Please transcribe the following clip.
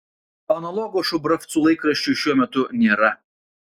analogo šubravcų laikraščiui šiuo metu nėra